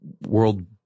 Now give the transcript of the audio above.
world